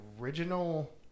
original